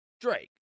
Drake